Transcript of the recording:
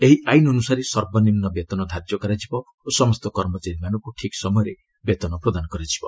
ଏହି ଆଇନ୍ ଅନୁସାରେ ସର୍ବନିମ୍ବ ବେତନ ଧାର୍ଯ୍ୟ କରାଯିବ ଓ ସମସ୍ତ କର୍ମଚାରୀମାନଙ୍କୁ ଠିକ୍ ସମୟରେ ବେତନ ପ୍ରଦାନ କରାଯିବ